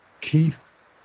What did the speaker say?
Keith